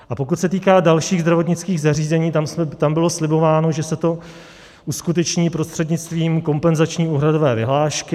A pokud se týká dalších zdravotnických zařízení, tam bylo slibováno, že se to uskuteční prostřednictvím kompenzační úhradové vyhlášky.